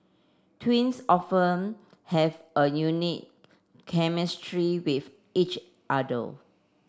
twins often have a unique chemistry with each other